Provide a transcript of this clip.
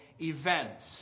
events